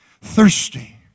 Thirsty